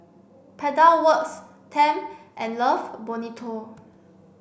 Pedal Works Tempt and Love Bonito